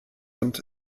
und